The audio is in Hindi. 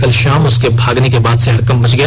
कल शाम उसके भागने के बाद से हड़कंप मच गया